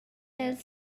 els